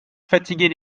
fatiguer